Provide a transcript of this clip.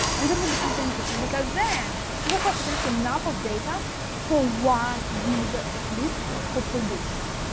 and it will be something interesting because then you will have potential enough of data for one user at least for prediction.